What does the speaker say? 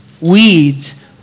Weeds